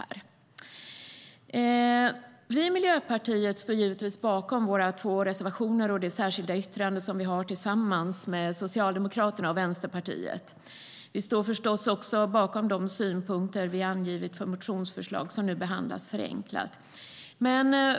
Vi i Miljöpartiet står givetvis bakom våra två reservationer och det särskilda yttrande som vi har tillsammans med Socialdemokraterna och Vänsterpartiet. Vi står förstås också bakom de synpunkter vi angivit för motionsförslag som nu behandlas förenklat.